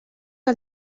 que